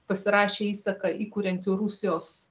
pasirašė įsaką įkuriantį rusijos